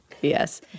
Yes